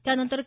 त्यानंतर के